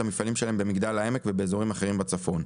המפעלים שלהן במגדל העמק ובאזורים אחרים בצפון.